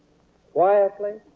quietly,